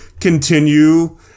continue